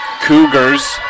Cougars